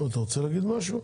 אתה רוצה להגיד משהו?